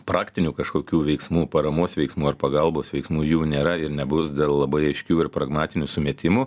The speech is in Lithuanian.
praktinių kažkokių veiksmų paramos veiksmų ar pagalbos veiksmų jų nėra ir nebus dėl labai aiškių ir pragmatinių sumetimų